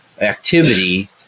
activity